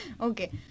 Okay